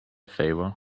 favor